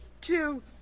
two